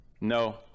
No